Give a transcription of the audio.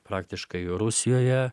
praktiškai rusijoje